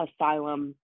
asylum